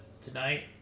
tonight